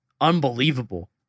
Unbelievable